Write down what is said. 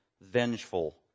vengeful